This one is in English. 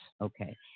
Okay